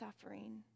suffering